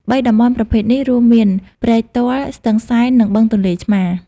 ៣ តំបន់ប្រភេទនេះ រួមមាន ព្រែកទាល់ ស្ទឹងសែន និងបឹងទន្លេឆ្មារ។